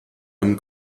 einem